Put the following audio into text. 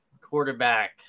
quarterback